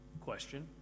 question